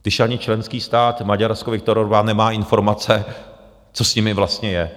Když ani členský stát Maďarsko, Viktor Orbán, nemá informace, co s nimi vlastně je.